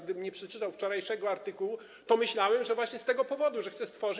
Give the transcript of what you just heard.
Gdybym nie przeczytał wczorajszego artykułu, to myślałbym, że właśnie z tego powodu, że chce stworzyć.